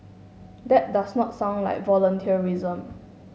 that does not sound like volunteerism